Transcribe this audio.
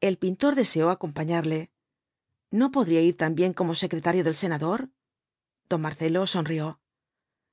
el pintor deseó acompañarle no podría ir también como secretario del senador don marcelo sonrió